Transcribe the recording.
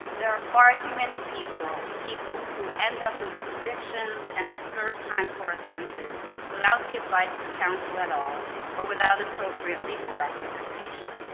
there are far too many people people who end up with convictions and who served time for offenses without the advice of counsel at all or without appropriate legal representation.